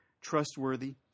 trustworthy